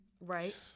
Right